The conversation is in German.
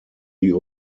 die